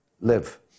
live